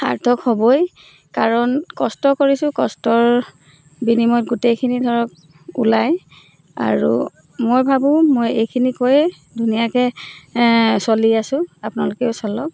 সাৰ্থক হ'বই কাৰণ কষ্ট কৰিছোঁ কষ্টৰ বিনিময়ত গোটেইখিনি ধৰক ওলায় আৰু মই ভাবোঁ মই এইখিনি কৰিয়ে ধুনীয়াকৈ চলি আছো আপোনালোকেও চলক